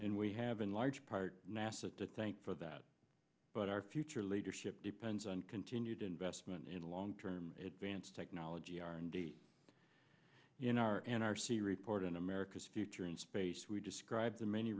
and we have in large part nasa to thank for that but our future leadership depends on continued investment in long term advanced technology r and d in r and r c report on america's future in space we described the many